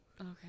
Okay